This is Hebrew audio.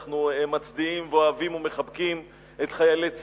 אנחנו מצדיעים ואוהבים ומחבקים את חיילי צה"ל,